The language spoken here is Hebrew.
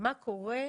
זאת אומרת,